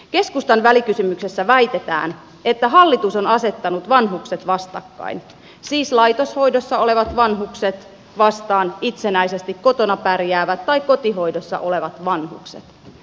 keskustan välikysymyksessä väitetään että hallitus on asettanut vanhukset vastakkain siis laitoshoidossa olevat vanhukset vastaan itsenäisesti kotona pärjäävät tai kotihoidossa olevat vanhukset